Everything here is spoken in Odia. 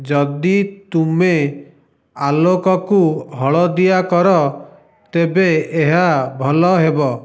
ଯଦି ତୁମେ ଆଲୋକକୁ ହଳଦିଆ କର ତେବେ ଏହା ଭଲ ହେବ